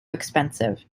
expensive